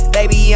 Baby